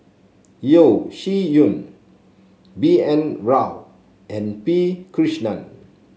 Yeo Shih Yun B N Rao and P Krishnan